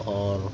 اور